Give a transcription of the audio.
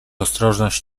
ostrożność